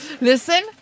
listen